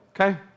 Okay